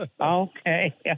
okay